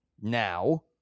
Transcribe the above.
Now